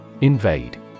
Invade